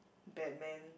batman